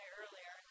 earlier